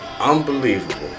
unbelievable